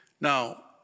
Now